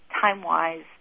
time-wise